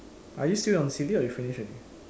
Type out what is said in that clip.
are you still on silly or you finished already